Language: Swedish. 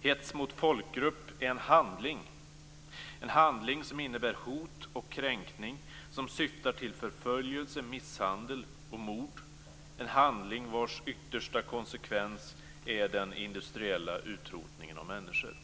Hets mot folkgrupp är en handling - en handling som innebär hot och kränkning, som syftar till förföljelse, misshandel och mord, en handling var yttersta konsekvens är den industriella utrotningen av människor.